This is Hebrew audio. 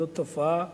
זאת תופעה שלצערנו,